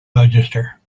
register